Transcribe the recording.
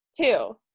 Two